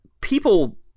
people